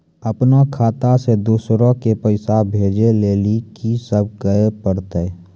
अपनो खाता से दूसरा के पैसा भेजै लेली की सब करे परतै?